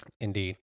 Indeed